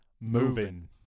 moving